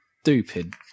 stupid